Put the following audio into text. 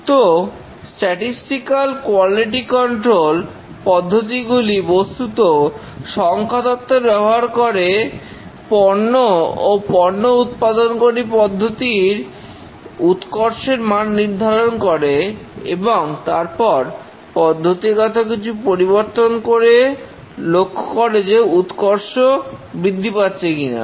তো statistical quality control পদ্ধতিগুলি বস্তুত সংখ্যাতত্তের ব্যবহার করে পণ্য ও পণ্য উৎপাদনকারী পদ্ধতির উৎকর্ষের মান নির্ধারণ করে এবং তারপর পদ্ধতিগত কিছু পরিবর্তন করে লক্ষ্য করে যে উৎকর্ষ বৃদ্ধি পাচ্ছে কিনা